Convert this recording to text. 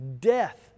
death